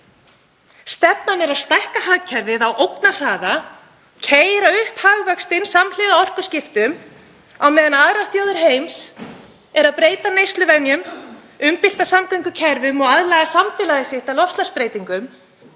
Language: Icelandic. Stefnan er að stækka hagkerfið á ógnarhraða, keyra upp hagvöxtinn samhliða orkuskiptum. Á meðan aðrar þjóðir heims eru að breyta neysluvenjum, umbylta samgöngukerfum og aðlaga samfélag sitt að loftslagsbreytingum